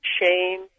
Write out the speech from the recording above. shame